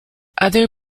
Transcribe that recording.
other